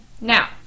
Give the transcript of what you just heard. Now